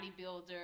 bodybuilder